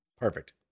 Perfect